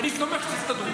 אני סומך על זה שתסתדרו.